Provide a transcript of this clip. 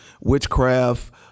witchcraft